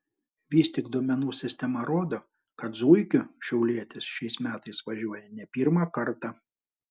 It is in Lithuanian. vis tik duomenų sistema rodo kad zuikiu šiaulietis šiais metais važiuoja ne pirmą kartą